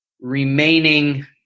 remaining